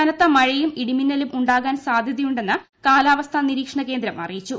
കനത്ത മഴയും ഇടിമിന്നലും ഉണ്ടാകാൻ സാധ്യതയുണ്ടെന്ന് കാലാവസ്ഥാ നിരീക്ഷണ കേന്ദ്രം അറിയിച്ചു